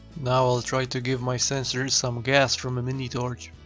now, i'll try to give my sensor some gas from a mini torch.